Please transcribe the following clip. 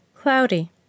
Cloudy